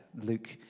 Luke